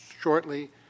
shortly